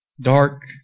Dark